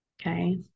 okay